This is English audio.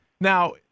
now